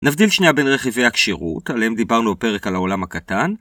נבדיל שנייה בין רכיבי הקשירות, עליהם דיברנו בפרק על העולם הקטן.